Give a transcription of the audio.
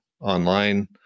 online